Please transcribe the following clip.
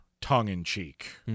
tongue-in-cheek